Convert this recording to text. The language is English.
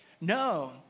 No